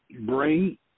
bring